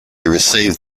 received